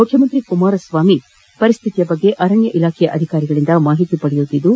ಮುಖ್ಯಮಂತ್ರಿ ಕುಮಾರಸ್ವಾಮಿ ಪರಿಸ್ಕಿತಿಯ ಬಗ್ಗೆ ಅರಣ್ಯ ಇಲಾಖಾಧಿಕಾರಿಗಳಿಂದ ಮಾಹಿತಿ ಪಡೆಯುತ್ತಿದ್ದು